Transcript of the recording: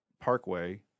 Parkway